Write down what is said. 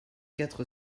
quatre